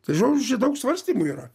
tai žodžiu daug svarstymų yra